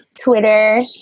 Twitter